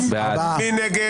מי נגד?